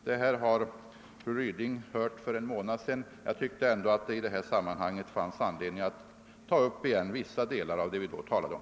Det här har fru Ryding hört för en månad sedan, men jag tyckte ändå att det fanns anledning att i detta sammanhang återkomma till vissa delar av det vi då talade om.